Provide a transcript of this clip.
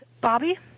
Bobby